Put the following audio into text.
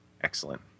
Excellent